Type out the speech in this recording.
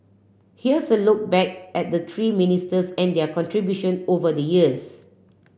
here's a look back at the three ministers and their contribution over the years